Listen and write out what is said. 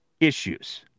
issues